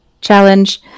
challenge